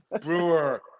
brewer